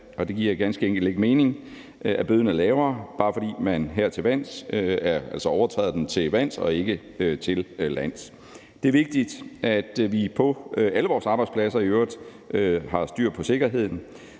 Det giver ganske enkelt ikke mening, at bøden er lavere, bare fordi man overtræder den til vands og ikke til lands. Det er vigtigt, at vi på alle vores arbejdspladser i øvrigt har styr på sikkerheden,